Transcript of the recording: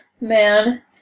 Man